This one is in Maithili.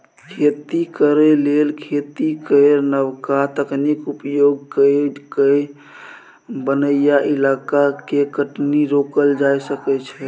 खेती करे लेल खेती केर नबका तकनीक उपयोग कए कय बनैया इलाका के कटनी रोकल जा सकइ छै